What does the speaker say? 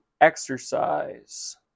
exercise